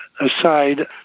aside